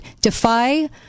defy